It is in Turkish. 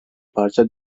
parça